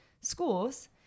schools